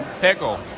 pickle